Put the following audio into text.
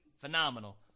phenomenal